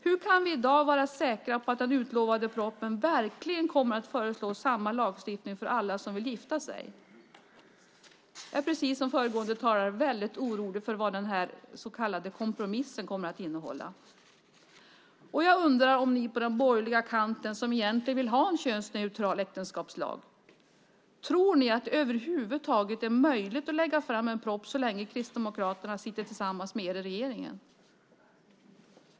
Hur kan vi i dag vara säkra på att det i den utlovade propositionen verkligen finns förslag om samma lagstiftning för alla som vill gifta sig. Precis som föregående talare är jag väldigt orolig för vad den här så kallade kompromissen kommer att innehålla. Jag undrar om ni på den borgerliga kanten som egentligen vill ha en könsneutral äktenskapslag tror att det över huvud taget är möjligt att lägga fram en proposition så länge Kristdemokraterna sitter tillsammans med er i regeringen.